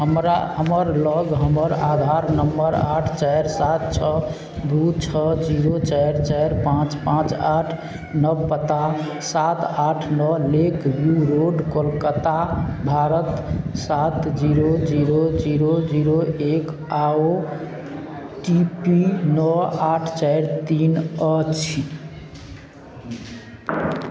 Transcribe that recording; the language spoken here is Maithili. हमरा हमर लग हमर आधार नम्बर आठ चारि सात छओ दू छओ जीरो चारि चारि पाँच पाँच आठ नव पता सात आठ नओ lake view road Kolkata Bharat सात जीरो जीरो जीरो जीरो एक आ ओ टी पी नओ आठ चारि तीन अछि